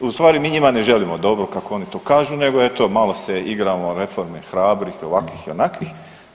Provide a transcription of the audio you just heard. U stvari mi njima ne želimo dobro kako oni to kažu, nego eto malo se igramo reforme hrabrih ovakvih, onakvih.